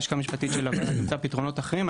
הלשכה המשפטית של הוועדה תמצא פתרונות אחרים,